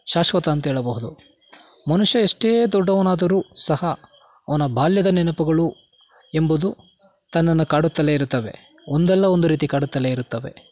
ಶಾಶ್ವತ ಅಂತೇಳಬಹುದು ಮನುಷ್ಯ ಎಷ್ಟೇ ದೊಡ್ಡವನಾದರೂ ಸಹ ಅವನ ಬಾಲ್ಯದ ನೆನಪುಗಳು ಎಂಬುದು ತನ್ನನ್ನು ಕಾಡುತ್ತಲೇ ಇರುತ್ತವೆ ಒಂದಲ್ಲ ಒಂದು ರೀತಿ ಕಾಡುತ್ತಲೇ ಇರುತ್ತವೆ